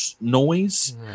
noise